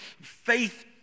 Faith